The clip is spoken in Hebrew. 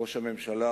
ראש הממשלה,